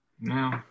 No